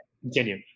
continue